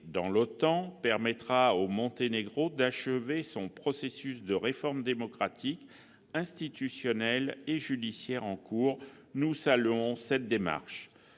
dans l'OTAN lui permettra d'achever son processus de réformes démocratiques, institutionnelles et judiciaires en cours. Nous saluons cette démarche.